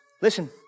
Listen